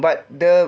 but the